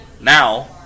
Now